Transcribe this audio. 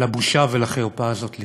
לבושה ולחרפה האלה לקרות.